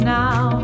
now